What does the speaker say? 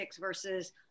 versus